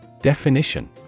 Definition